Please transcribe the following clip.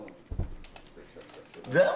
זהו.